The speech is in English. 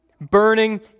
burning